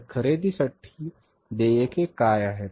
तर खरेदीसाठी देयके काय आहेत